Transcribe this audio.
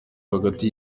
hagati